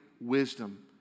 wisdom